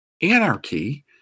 Anarchy